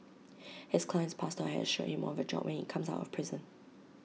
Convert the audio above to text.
his client's pastor has assured him of A job when he comes out of prison